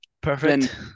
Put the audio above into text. Perfect